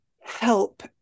help